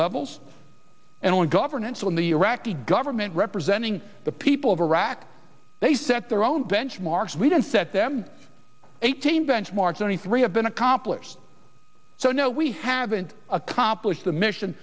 levels and governance in the iraqi government representing the people of iraq they set their own benchmarks we didn't set them eighteen benchmarks only three have been accomplished so no we haven't accomplished the mission